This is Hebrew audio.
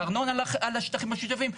וארנונה על השטחים המשותפים.